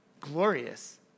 glorious